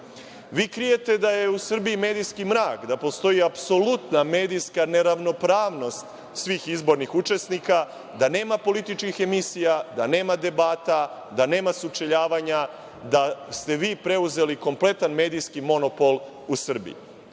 Vi krijete da je u Srbiji medijski mrak, da postoji apsolutna medijska neravnopravnost svih izbornih učesnika, da nema političkih emisija, da nema debata, da nema sučeljavanja, da ste vi preuzeli kompletan medijski monopol u Srbiji.